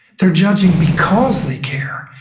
they're judging because they care,